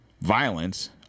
violence